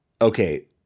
okay